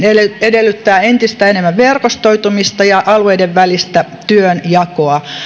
edellyttää entistä enemmän verkostoitumista ja alueiden välistä työnjakoa